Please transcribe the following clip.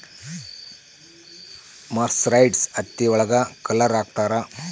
mercerised ಹತ್ತಿ ಒಳಗ colour ಹಾಕುತ್ತಾರೆ